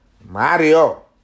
Mario